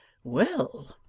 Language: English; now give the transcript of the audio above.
well,